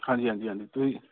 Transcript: ਹਾਂਜੀ ਹਾਂਜੀ ਹਾਂਜੀ ਤੁਸੀਂ